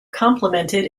complimented